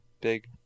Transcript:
big